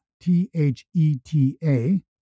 T-H-E-T-A